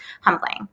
humbling